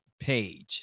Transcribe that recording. page